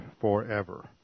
forever